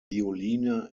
violine